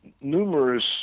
numerous